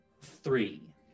Three